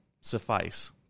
suffice